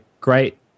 great